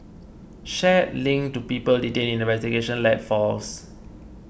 shares linked to people detained in the investigation led falls